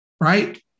Right